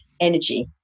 energy